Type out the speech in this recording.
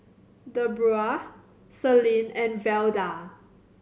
Debroah Celine and Velda